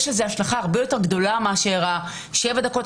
יש לזה השלכה הרבה יותר גדולה מאשר השבע דקות,